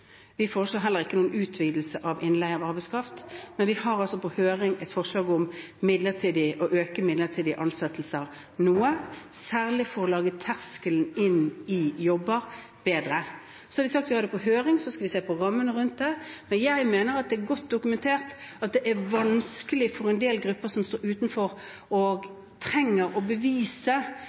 Vi foreslår heller ikke noen utvidelse av innleie av arbeidskraft. Men vi har altså på høring et forslag om å øke midlertidige ansettelser noe, særlig for å gjøre terskelen inn i jobber bedre. Vi har det på høring, og så skal vi se på rammene rundt det. Men jeg mener at det er godt dokumentert at det er vanskelig for en del grupper som står utenfor og trenger å bevise